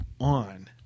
on